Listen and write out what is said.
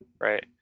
right